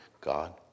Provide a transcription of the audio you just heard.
God